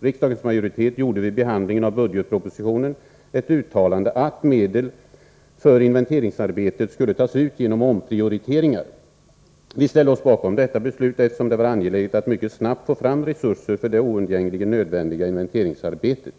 Riksdagens majoritet gjorde vid behandlingen av budgetpropositionen ett uttalande om att medel för inventeringsarbetet skulle tas ut genom omprioriteringar. Vi ställde oss bakom detta beslut, eftersom det var angeläget att mycket snabbt få fram resurser till det oundgängligen nödvändiga inventeringsarbetet.